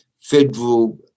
federal